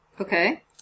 Okay